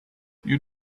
you